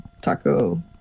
taco